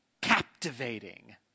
captivating